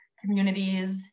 communities